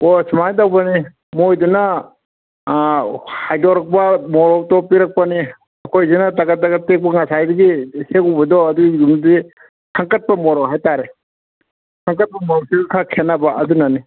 ꯍꯣ ꯁꯨꯃꯥꯏ ꯇꯧꯕꯅꯦ ꯃꯣꯏꯗꯨꯅ ꯈꯥꯏꯗꯣꯔꯛꯄ ꯃꯣꯔꯣꯛꯇꯣ ꯄꯤꯔꯛꯄꯅꯤ ꯑꯩꯈꯣꯏꯁꯤꯅ ꯇꯒꯠ ꯇꯒꯠ ꯇꯦꯛꯄ ꯉꯁꯥꯏꯗꯒꯤ ꯍꯦꯛꯎꯕꯗꯣ ꯑꯗꯨꯏꯗꯨꯝꯗꯤ ꯈꯟꯀꯠꯄ ꯃꯣꯔꯣꯛ ꯍꯥꯏ ꯇꯥꯔꯦ ꯈꯟꯀꯠꯄ ꯃꯣꯔꯣꯛꯇꯨ ꯈꯔ ꯈꯦꯠꯅꯕ ꯑꯗꯨꯅꯅꯤ